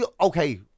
Okay